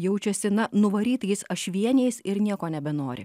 jaučiasi na nuvarytais ašvieniais ir nieko nebenori